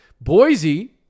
Boise